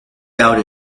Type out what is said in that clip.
doubt